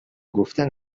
گفتن